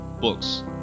Books